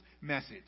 message